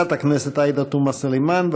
בבקשה, חברת הכנסת עאידה תומא סלימאן.